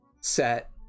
set